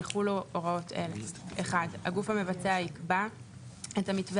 יחולו הוראות אלה: הגוף המבצע יקבע את המתווה